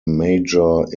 major